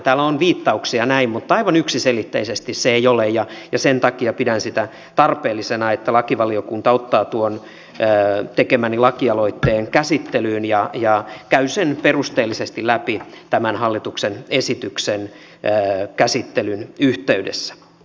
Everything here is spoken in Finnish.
täällä on viittauksia näin mutta aivan yksiselitteistä se ei ole ja sen takia pidän sitä tarpeellisena että lakivaliokunta ottaa tuon tekemäni lakialoitteen käsittelyyn ja käy sen perusteellisesti läpi tämän hallituksen esityksen käsittelyn yhteydessä